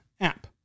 app